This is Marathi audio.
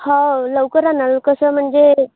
हो लवकर आणाल कसं म्हणजे